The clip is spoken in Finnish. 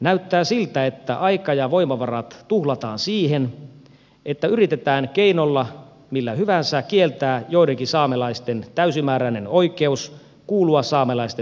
näyttää siltä että aika ja voimavarat tuhlataan siihen että yritetään keinolla millä hyvänsä kieltää joidenkin saamelaisten täysimääräinen oikeus kuulua saamelaisten yhteisöön